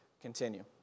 continue